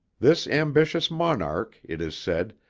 this ambitious monarch, it is said,